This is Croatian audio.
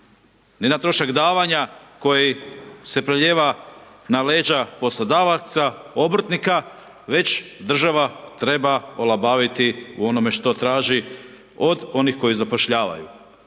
ne na trošak davanja koji se preljeva na leđa poslodavaca obrtnika, već država treba olabaviti u onome što traži od onih koji zapošljavaju.